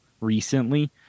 recently